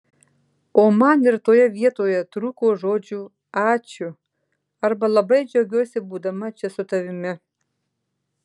o man ir toje vietoje trūko žodžių ačiū arba labai džiaugiuosi būdama čia su tavimi